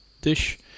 dish